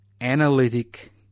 analytic